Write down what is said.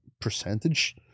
percentage